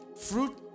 Fruit